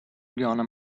gonna